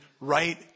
right